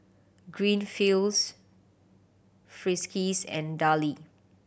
Greenfields Friskies and Darlie